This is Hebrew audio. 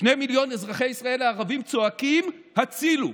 שני מיליון אזרחי ישראל הערבים צועקים הצילו.